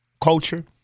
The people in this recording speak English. culture